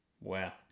Wow